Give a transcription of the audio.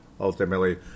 ultimately